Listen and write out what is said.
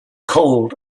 cold